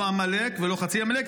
לא עמלק ולא חצי עמלק.